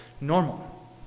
normal